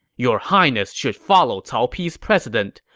your highness should follow cao pi's precedent.